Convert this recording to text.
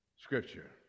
scripture